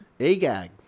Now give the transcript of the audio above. agag